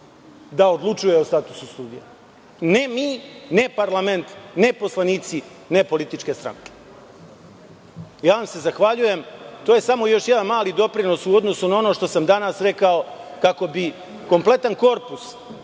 da odlučuje o statusu sudije. Ne mi, ne parlament, ne poslanici, ne političke stranke. Ja vam se zahvaljujem. Ovo je samo još jedan mali doprinos u odnosu na ono što sam danas rekao kako bi kompletan korpus